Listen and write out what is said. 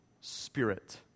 spirit